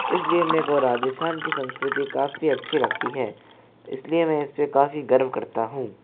इसलिए मेरे को राजस्थान की संस्कृति काफी अच्छी लगती है इसलिए मैं इस पर काफी गर्व करता हूँ